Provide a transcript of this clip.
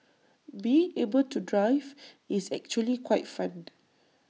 being able to drive is actually quite fun